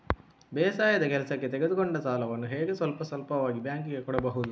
ಬೇಸಾಯದ ಕೆಲಸಕ್ಕೆ ತೆಗೆದುಕೊಂಡ ಸಾಲವನ್ನು ಹೇಗೆ ಸ್ವಲ್ಪ ಸ್ವಲ್ಪವಾಗಿ ಬ್ಯಾಂಕ್ ಗೆ ಕೊಡಬಹುದು?